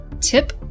Tip